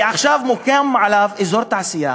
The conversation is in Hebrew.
ועכשיו מוקם עליו אזור תעשייה,